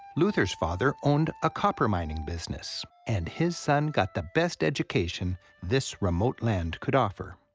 luther's father owned a copper mining business, and his son got the best education this remote land could offer.